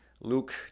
Luke